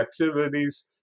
activities